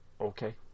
Okay